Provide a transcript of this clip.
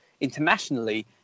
internationally